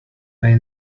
they